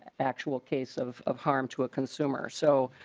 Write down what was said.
actual case of of harm to a consumer so